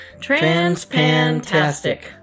Transpantastic